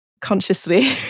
consciously